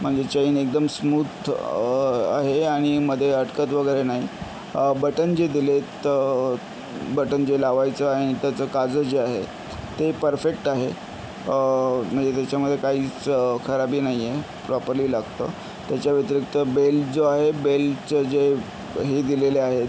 म्हणजे चैन एकदम स्मूथ आहे आणि मध्ये अटकत वगैरे नाही बटन जे दिलेत बटन जे लावायचं आणि त्याचं काजं जे आहेत ते परफेक्ट आहे म्हणजे त्याच्यामध्ये काहीच खराबी नाही आहे प्रॉपर्ली लागतं त्याच्या व्यतिरिक्त बेल जो आहे बेलचं जे हे दिलेले आहेत